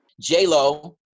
J-Lo